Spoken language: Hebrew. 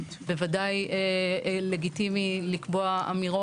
כרגע אנחנו עוברים, ואם יהיה שינוי, נעדכן.